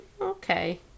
okay